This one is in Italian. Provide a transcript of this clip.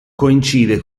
coincide